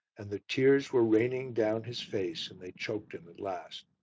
and the tears were raining down his face, and they choked him at last.